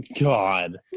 God